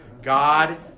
God